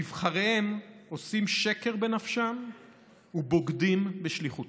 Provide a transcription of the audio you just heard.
נבחריהם עושים שקר בנפשם ובוגדים בשליחותם.